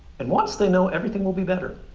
and once they know, everything will be better.